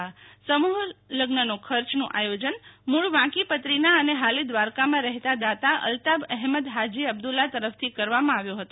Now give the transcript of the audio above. સમગ્ર સમૂ હલઝના ખર્ચનું આયોજન મૂ ળ વાંકીપત્રીના અને હાલે દ્વારકામાં રહેતા દાતા અલ્તાબ અહેમદ હાજી અબ્દુલ્લા તરફથી કરવામાં આવ્યો હતો